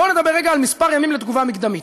בואו נדבר רגע על מספר ימים לתגובה מקדמית.